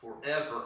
forever